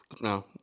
no